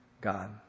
God